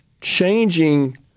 changing